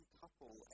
couple